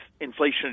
inflation